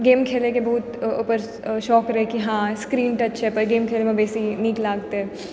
game खेलयके बहुत ओइपर शौक रहय कि हँ स्क्रीन टच छै अइपर गेम खेलयमे बेसी नीक लागतइ